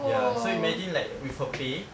ya so imagine like with her pay